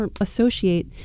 associate